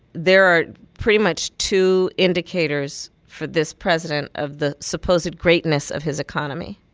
there are pretty much two indicators for this president of the supposed greatness of his economy.